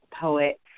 poet